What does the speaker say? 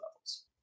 levels